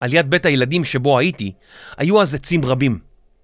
על יד בית הילדים שבו הייתי, היו אז עצים רבים.